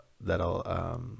that'll